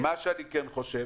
מה שאני כן חושב